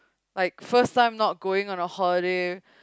like first time not going for a holiday